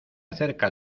acerca